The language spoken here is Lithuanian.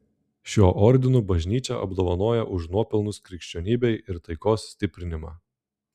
šiuo ordinu bažnyčia apdovanoja už nuopelnus krikščionybei ir taikos stiprinimą